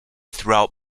throughout